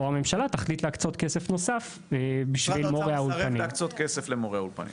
הממשלה יחליטו להקצות כסף נוסף בשביל מורי האולפנים.